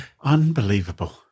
Unbelievable